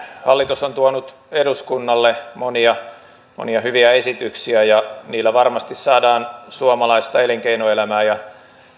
hallitus on tuonut eduskunnalle monia monia hyviä esityksiä ja niillä varmasti saadaan suomalaista elinkeinoelämää ja